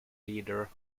leader